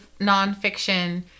nonfiction